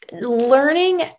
learning